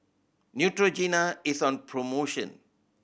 Neutrogena is on promotion